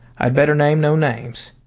i'd better name no names.